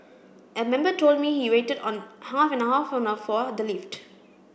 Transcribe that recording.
a member told me he waited on half an hour for the lift